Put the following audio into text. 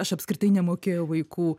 aš apskritai nemokėjau vaikų